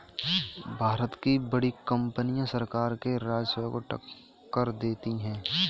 भारत की बड़ी कंपनियां सरकार के राजस्व को टक्कर देती हैं